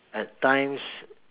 at times